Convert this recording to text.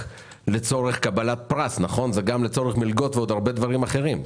לצורך קבלת פרס גם לצורך מלגות ועוד הרבה דברים אחרים.